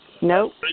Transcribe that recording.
Nope